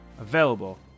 available